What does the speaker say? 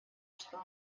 что